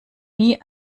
nie